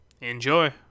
Enjoy